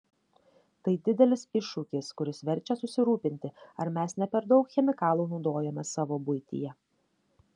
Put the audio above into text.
tai didelis iššūkis kuris verčia susirūpinti ar mes ne per daug chemikalų naudojame savo buityje